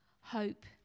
hope